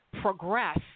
progress